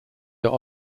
der